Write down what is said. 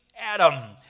Adam